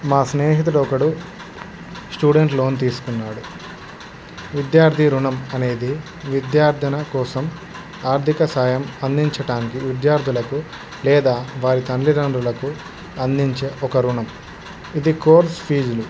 మా స్నేహితుడొకడు student loan తీసుకున్నాడు విద్యార్థి రుణం అనేది విద్యార్థుల కోసం ఆర్థిక సాయం అందించడానికి విద్యార్థులకు లేదా వారి తల్లిదండ్రులకు అందించే ఒక రుణం ఇది కోర్స్ ఫీజులు